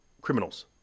criminals